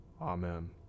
amen